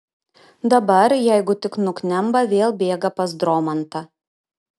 dabar jeigu tik nuknemba vėl bėga pas dromantą